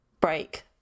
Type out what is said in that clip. break